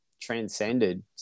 transcended